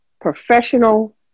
professional